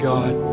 God